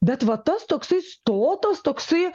bet va tas toksai stotas toksai